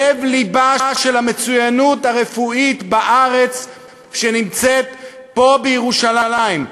לב-לבה של המצוינות הרפואית בארץ שנמצאת פה בירושלים,